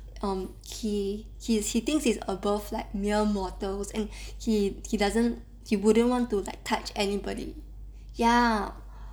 um he he thinks is above like mere mortals and he he doesn't wouldn't want to like touch anybody ya